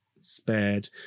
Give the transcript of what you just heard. spared